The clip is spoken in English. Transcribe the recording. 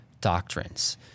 doctrines